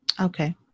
Okay